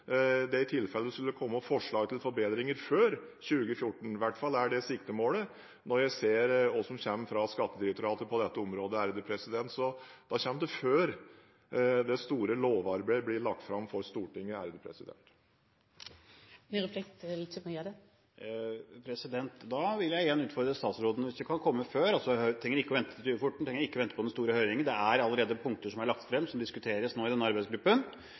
det skulle komme forslag til forbedringer før 2014. Det er i hvert fall siktemålet når jeg ser hva som kommer fra Skattedirektoratet på dette området. Da kommer det før det store lovarbeidet blir lagt fram for Stortinget. Da vil jeg igjen utfordre statsråden: Hvis det kan komme før, altså at vi ikke trenger å vente til 2014 og den store høringen, og det er allerede punkter som er lagt frem, og som diskuteres nå i denne arbeidsgruppen,